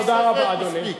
מספיק.